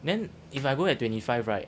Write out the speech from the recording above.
then if I go there twenty five right